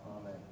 Amen